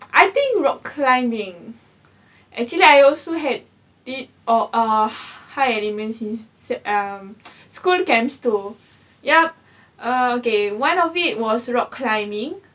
I think rock climbing actually I also had it or uh high elements it~ in um school camps too yup okay one of it was rock climbing